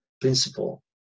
principle